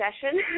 session